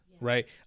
right